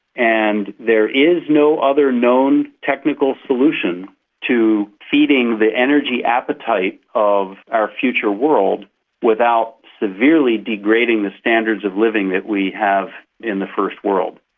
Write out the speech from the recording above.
and there is no other known technical solution to feeding the energy appetite of our future world without severely degrading the standards of living that we have in the first world,